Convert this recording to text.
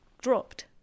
dropped